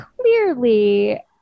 clearly